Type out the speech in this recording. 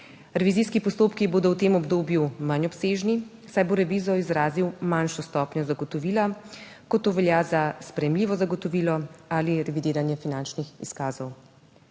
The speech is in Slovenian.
Revizijski postopki bodo v tem obdobju manj obsežni, saj bo revizor izrazil manjšo stopnjo zagotovila, kot to velja za sprejemljivo zagotovilo ali revidiranje finančnih izkazov.